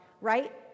right